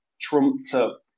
trumped-up